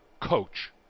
coach